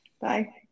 Bye